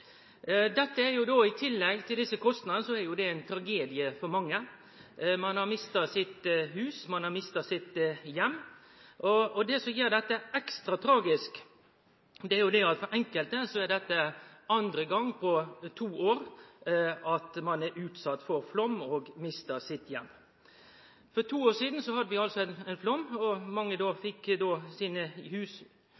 I tillegg til desse kostnadene er det ein tragedie for mange. Folk har mista huset sitt, folk har mista heimen sin, og det som gjer dette ekstra tragisk, er at for enkelte er det andre gongen på to år at dei er utsette for flaum og mistar heimen sin. For to år sidan hadde vi altså ein flaum, og mange fekk då